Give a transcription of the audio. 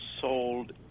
sold